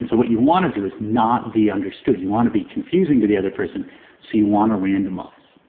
so what you want to do is not be understood. you want to be confusing to the other person so you want to random off.